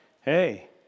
hey